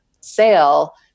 sale